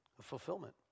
Fulfillment